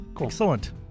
Excellent